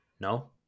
No